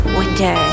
winter